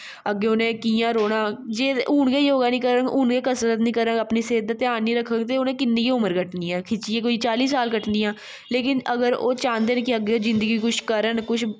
अग्गें उ'नें कि'यां रौंह्ना जेकर हून योगा नेईं करग हून गै करसत नेईं करग अपनी सेहत दा ध्यान नेईं रखग ते उ'नें किन्नी गै उमर कटनी ऐ खिच्चियै कोई चाली साल कटनी ऐ लेकिन अगर ओह् चांह्दे कि अग्गें कुछ करना कुछ